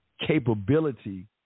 capability